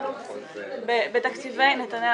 נתנאל,